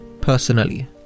personally